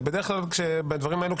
אבל בדרך כלל בדברים האלו,